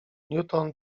newton